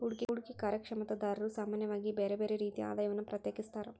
ಹೂಡ್ಕಿ ಕಾರ್ಯಕ್ಷಮತಾದಾರ್ರು ಸಾಮಾನ್ಯವಾಗಿ ಬ್ಯರ್ ಬ್ಯಾರೆ ರೇತಿಯ ಆದಾಯವನ್ನ ಪ್ರತ್ಯೇಕಿಸ್ತಾರ್